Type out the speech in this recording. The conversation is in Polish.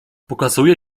pokazuję